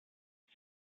ist